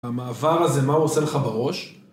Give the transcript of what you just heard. המעבר הזה מה הוא עושה לך בראש?